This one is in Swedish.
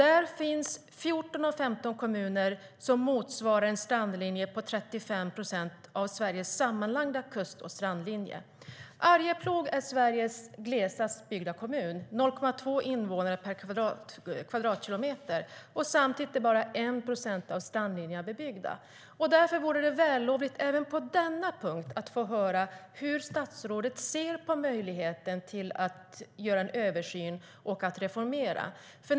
Där finns 14 av 15 kommuner med en strandlinje motsvarande 35 procent av Sveriges sammanlagda kust och strandlinje. Arjeplog är Sveriges glesast befolkade kommun med 0,2 invånare per kvadratkilometer. Samtidigt är bara 1 procent av strandlinjen bebyggd. Därför vore det vällovligt att även på denna punkt få höra hur statsrådet ser på möjligheten att göra en översyn och reformera.